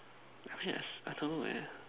yes I don't know man